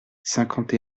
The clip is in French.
cinquante